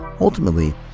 Ultimately